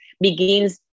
begins